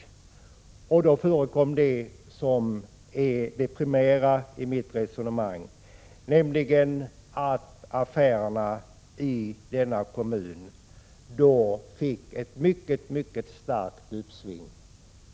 Etableringen av denna systembutik ledde till det som är det primära i mitt resonemang, nämligen att affärerna i denna kommun då fick ett mycket, mycket stort uppsving.